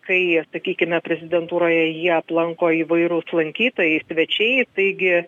kai sakykime prezidentūroje jį aplanko įvairūs lankytojai svečiai taigi